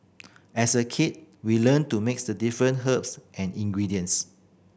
as a kid we learnt to mix the different herbs and ingredients